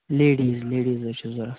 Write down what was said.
ladies ladies حظ چھِ ضرورَت